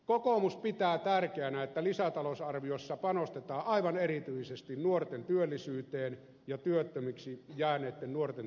kokoomus pitää tärkeänä että lisätalousarviossa panostetaan aivan erityisesti nuorten työllisyyteen ja työttömiksi jääneitten nuorten tukemiseen